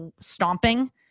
stomping